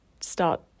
start